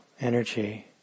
energy